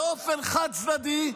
באופן חד-צדדי,